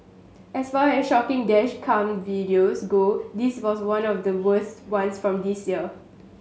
as far as shocking dash cam videos go this was one of the worst ones from this year